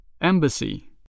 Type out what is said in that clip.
Embassy